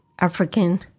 African